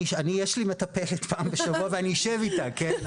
אני, יש לי מטפלת פעם בשבוע ואני יושב איתה כן?